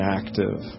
active